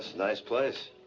nice place.